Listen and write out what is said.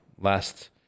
last